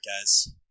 guys